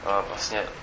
vlastně